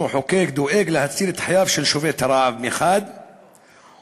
המחוקק דואג להציל את חייו של שובת הרעב מחד גיסא,